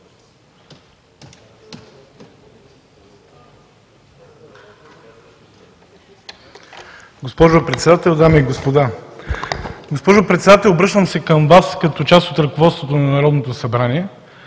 Госпожо Председател, дами и господа! Госпожо Председател, обръщам се към Вас като част от ръководството на Народното събрание,